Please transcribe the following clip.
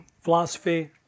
philosophy